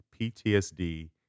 PTSD